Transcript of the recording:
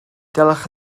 dylech